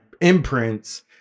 imprints